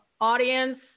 Audience